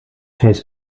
has